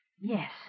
Yes